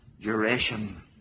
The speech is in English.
duration